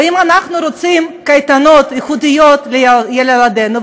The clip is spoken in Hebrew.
ואם אנחנו רוצים קייטנות איכותיות לילדינו,